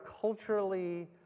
culturally